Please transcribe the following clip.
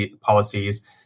policies